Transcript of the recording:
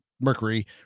Mercury